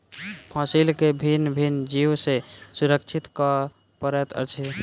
फसील के भिन्न भिन्न जीव सॅ सुरक्षित करअ पड़ैत अछि